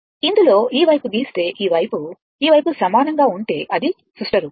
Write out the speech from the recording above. ఇందులో ఈ వైపు గీస్తే ఈ వైపు ఈ వైపు సమానంగా ఉంటే అది సుష్ట రూపం